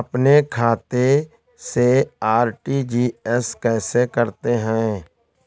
अपने खाते से आर.टी.जी.एस कैसे करते हैं?